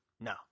no